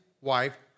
wife